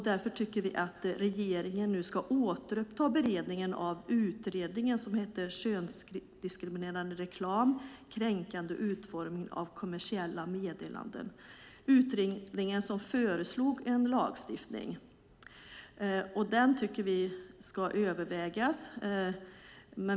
Därför anser vi att regeringen nu ska återuppta beredningen av utredningen Könsdiskriminerande reklam - kränkande utformning av kommersiella meddelanden . Denna utredning föreslog en lagstiftning som vi tycker ska övervägas.